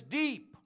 deep